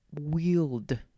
wield